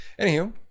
Anywho